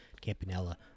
Campanella